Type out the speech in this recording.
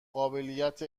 قابلیت